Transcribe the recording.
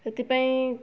ସେଥିପାଇଁ